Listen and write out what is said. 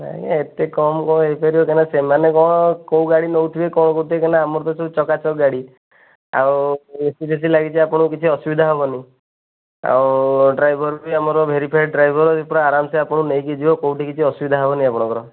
ନାହିଁ ଆଜ୍ଞା ଏତେ କମ୍ କ'ଣ ହେଇପାରିବ କାହିଁକିନା ସେମାନେ କ'ଣ କେଉଁ ଗାଡ଼ି ନେଉଥିବେ କ'ଣ କରୁଥିବେ କାହିଁକିନା ଆମର ତ ସବୁ ଚକାଚକ ଗାଡ଼ି ଆଉ ଏସି ଫେସି ଲାଗିଛି ଆପଣଙ୍କୁ କିଛି ଅସୁବିଧା ହେବନି ଆଉ ଡ୍ରାଇଭରବି ଆମର ଭେରିଫାଏଡ ଡ୍ରାଇଭର ଇଏ ପୂରା ଅରାମସେ ଆପଣଙ୍କୁ ନେଇକି ଯିବ କେଉଁଠି କିଛି ଅସୁବିଧା ହେବନି ଆପଣଙ୍କର